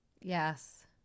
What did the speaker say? Yes